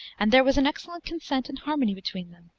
and there was an excellent consent and harmony between them,